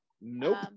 Nope